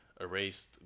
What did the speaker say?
erased